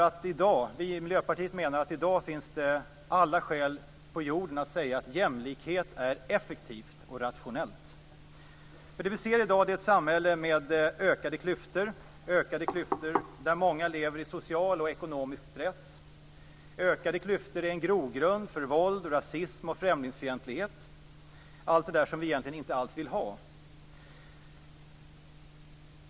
Vi i Miljöpartiet menar att det i dag finns alla skäl att säga att jämlikhet är effektivt och rationellt, för det vi ser i dag är ett samhälle med ökade klyftor, där många lever i social och ekonomisk stress. Ökade klyftor är en grogrund för våld, rasism och främlingsfientlighet - allt det där som vi inte alls vill ha.